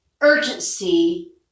urgency